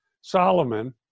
Solomon